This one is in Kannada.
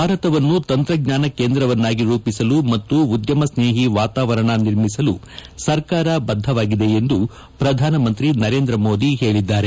ಭಾರತವನ್ನು ತಂತ್ರಜ್ಞಾನ ಕೇಂದ್ರವನ್ನಾಗಿ ರೂಪಿಸಲು ಮತ್ತು ಉದ್ದಮ ಸ್ನೇಹಿ ವಾತಾವರಣ ನಿರ್ಮಿಸಲು ಸರ್ಕಾರ ಬದ್ದವಾಗಿದೆ ಎಂದು ಪ್ರಧಾನಮಂತ್ರಿ ನರೇಂದ್ರ ಮೋದಿ ಹೇಳಿದ್ದಾರೆ